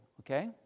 okay